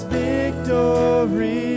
victory